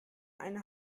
eine